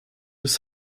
des